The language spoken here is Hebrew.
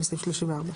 בסעיף 28(א),